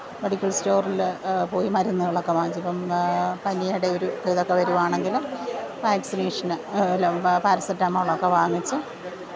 medical സ്റ്റോറിൽ പോയി മരുന്നുകൾ ഒക്കെ വാങ്ങിച്ചിപ്പം പനിയുടെ ഒരു ഇതൊക്കെ വരുവാണെങ്കിൽ വാക്സിനേഷൻ ല പാരസെറ്റാമോൾ ഒക്കെ വാങ്ങിച്ച്